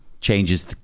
changes